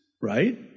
right